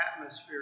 atmosphere